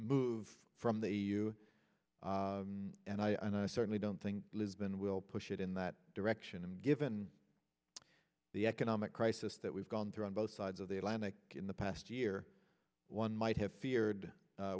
move from the e u and i certainly don't think lisbon will push it in that direction and given the economic crisis that we've gone through on both sides of the atlantic in the past year one might have feared